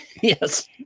yes